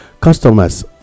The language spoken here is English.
customers